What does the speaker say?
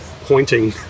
pointing